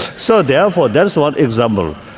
so therefore there's one example.